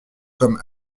comme